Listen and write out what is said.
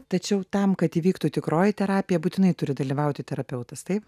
tačiau tam kad įvyktų tikroji terapija būtinai turi dalyvauti terapeutas taip